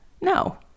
No